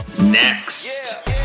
Next